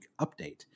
update